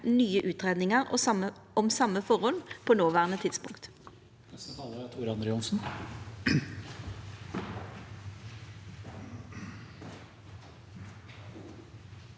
nye utgreiingar om same forhold på noverande tidspunkt.